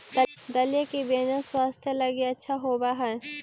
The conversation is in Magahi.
दलिया के व्यंजन स्वास्थ्य लगी अच्छा होवऽ हई